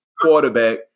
quarterback